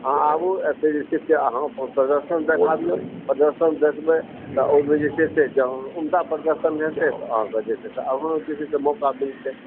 अहाँ आबु एतऽ जे छै से अहाँ अपन प्रदर्शन देखाबिऔ प्रदर्शन देखबै तऽ ओहिमे जे छै से जँ उम्दा प्रदर्शन हेतै तऽ अहाँकेँ जे छै से आगाँ जे छै से मौका मिलतै